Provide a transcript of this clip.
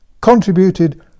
contributed